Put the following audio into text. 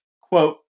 Quote